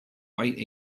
white